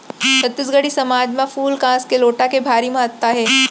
छत्तीसगढ़ी समाज म फूल कांस के लोटा के भारी महत्ता हे